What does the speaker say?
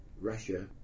Russia